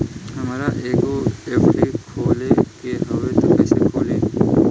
हमरा एगो एफ.डी खोले के हवे त कैसे खुली?